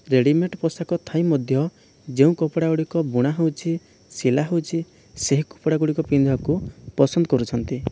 readymade ପୋଷାକ ଥାଇ ମଧ୍ୟ ଯେଉଁ କପଡ଼ା ଗୁଡ଼ିକ ବୁଣା ହେଉଛି ସିଲା ହେଉଛି ସେହି କପଡ଼ା ଗୁଡ଼ିକ ପିନ୍ଧିବାକୁ ପସନ୍ଦ କରୁଛନ୍ତି